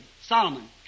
Solomon